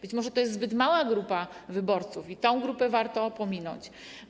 Być może to jest zbyt mała grupa wyborców i tę grupę można pominąć.